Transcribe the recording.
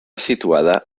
situada